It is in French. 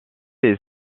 est